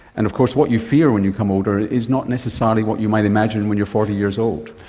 and of course what you fear when you become older is not necessarily what you might imagine when you're forty years old.